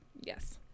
Yes